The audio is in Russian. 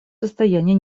состоянии